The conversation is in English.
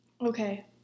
Okay